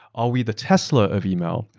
are we the tesla of email?